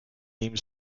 theme